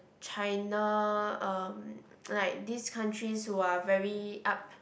China um like these countries who are very up